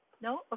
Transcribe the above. No